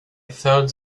thought